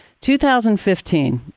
2015